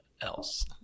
else